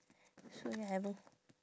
so you haven't